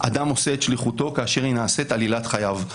אדם עושה את שליחותו כאשר היא נעשית עלילת חייו.